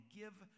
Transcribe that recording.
give